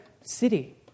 city